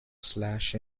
slash